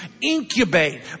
incubate